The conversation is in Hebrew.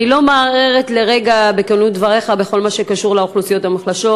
אני לא מערערת לרגע על כנות דבריך בכל מה שקשור לאוכלוסיות המוחלשות,